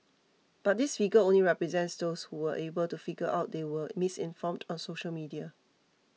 but this figure only represents those who were able to figure out they were misinformed on social media